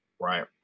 right